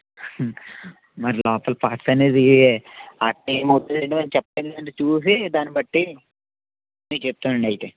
మరి లోపల పార్ట్స్ అనేది చెప్తాను కదండి చూసి దాన్ని బట్టి మీకు చెప్తానండి అయితే